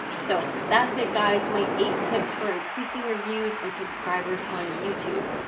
so that's it guys. my eight tips for increasing your views and subscribers on youtube.